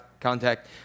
contact